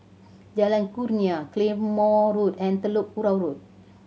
Jalan Kurnia Claymore Road and Telok Kurau Road